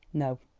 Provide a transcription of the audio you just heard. no,